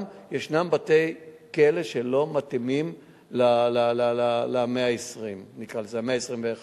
גם יש בתי-כלא שלא מתאימים למאה ה-21,